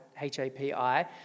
H-A-P-I